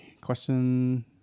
Question